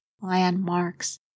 landmarks